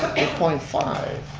eight point five,